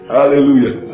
Hallelujah